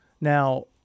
Now